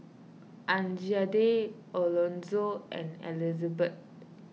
Anjanette Elonzo and Elizbeth